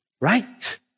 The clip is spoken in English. right